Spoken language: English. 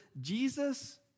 Jesus